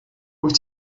wyt